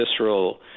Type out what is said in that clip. visceral